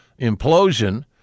implosion